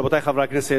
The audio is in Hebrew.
רבותי חברי הכנסת,